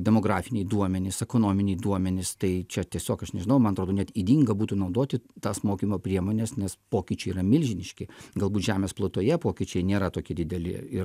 demografiniai duomenys ekonominiai duomenys tai čia tiesiog aš nežinau man atrodo net ydinga būtų naudoti tas mokymo priemones nes pokyčiai yra milžiniški galbūt žemės plutoje pokyčiai nėra tokie dideli ir